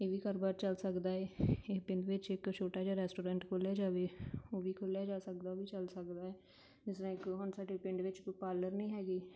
ਇਹ ਵੀ ਕਾਰੋਬਾਰ ਚੱਲ ਸਕਦਾ ਹੈ ਇਹ ਪਿੰਡ ਵਿੱਚ ਇੱਕ ਛੋਟਾ ਜਿਹਾ ਰੈਸਟੋਰੈਂਟ ਖੋਲ੍ਹਿਆ ਜਾਵੇ ਉਹ ਵੀ ਖੋਲ੍ਹਿਆ ਜਾ ਸਕਦਾ ਉਹ ਵੀ ਚੱਲ ਸਕਦਾ ਜਿਸ ਤਰ੍ਹਾਂ ਇੱਕ ਹੁਣ ਸਾਡੇ ਪਿੰਡ ਵਿੱਚ ਕੋਈ ਪਾਰਲਰ ਨਹੀਂ ਹੈਗੀ